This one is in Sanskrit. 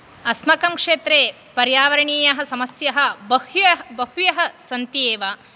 अस्माकं क्षेत्रे पर्यावरणीयसमस्याः बह्व्यः बह्व्यः सन्ति एव